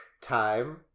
time